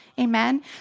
Amen